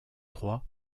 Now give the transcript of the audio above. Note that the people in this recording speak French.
troyes